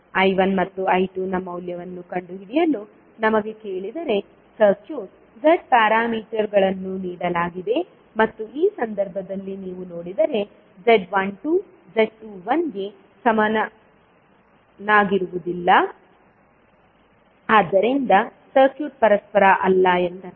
I1 ಮತ್ತು I2 ನ ಮೌಲ್ಯವನ್ನು ಕಂಡುಹಿಡಿಯಲು ನಮಗೆ ಕೇಳಿದರೆ ಸರ್ಕ್ಯೂಟ್ Z ಪ್ಯಾರಾಮೀಟರ್ಗಳನ್ನು ನೀಡಲಾಗಿದೆ ಮತ್ತು ಈ ಸಂದರ್ಭದಲ್ಲಿ ನೀವು ನೋಡಿದರೆ z12 z21 ಗೆ ಸಮನಾಗಿರುವುದಿಲ್ಲ ಆದ್ದರಿಂದ ಸರ್ಕ್ಯೂಟ್ ಪರಸ್ಪರ ಅಲ್ಲ ಎಂದರ್ಥ